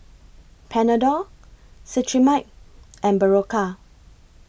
Panadol Cetrimide and Berocca